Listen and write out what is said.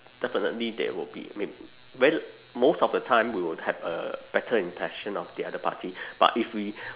definitely they will be may very most of the time we will have a better impression of the other party but if we